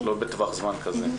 לא בטווח זמן כזה.